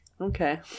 Okay